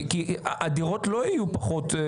כי הדירות לא יהיו פחות,